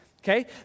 Okay